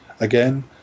Again